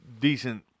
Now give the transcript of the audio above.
decent